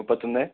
മുപ്പത്തൊന്ന്